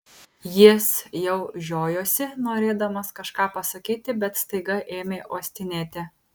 jis jau žiojosi norėdamas kažką pasakyti bet staiga ėmė uostinėti